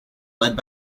led